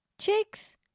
chicks